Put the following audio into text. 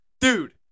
dude